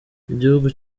ibihugu